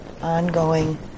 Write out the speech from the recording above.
ongoing